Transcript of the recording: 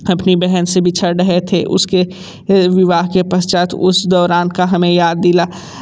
अपनी बहन से बिछड़ रहे थे उसके विवाह के पश्चात उस दौरान का हमें याद दिला